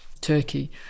Turkey